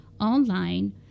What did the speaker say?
online